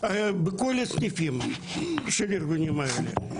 של הארגונים האלה.